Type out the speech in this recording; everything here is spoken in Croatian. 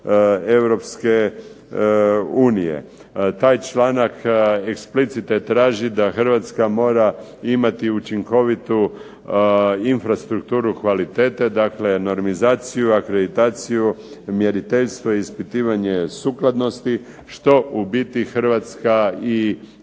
Europske unije. Taj članak eksplicite traži da Hrvatska mora imati učinkovitu infrastrukturu kvalitete, dakle normizaciju, akreditaciju, mjeriteljstvo, ispitivanje sukladnosti, što u biti Hrvatska i ima,